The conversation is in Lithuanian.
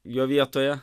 jo vietoje